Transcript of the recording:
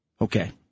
Okay